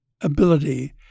ability